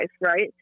right